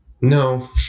No